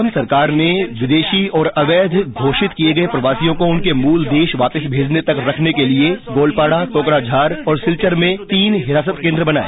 असम सरकार ने विदेशी और अवैध घोषित किए गए प्रवासियों को उनके मूल देश वापस भेजने तक रखने के लिए गोलपाड़ा कोकराझार और सिलचर में तीन हिरासत केन्द्रर बनाए